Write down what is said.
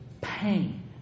pain